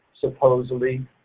supposedly